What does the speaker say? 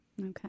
Okay